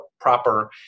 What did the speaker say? proper